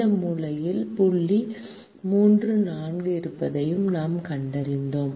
இந்த மூலையில் புள்ளி 3 4 இருப்பதையும் நாம் கண்டறிந்தோம்